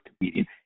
comedian